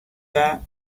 that